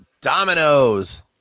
dominoes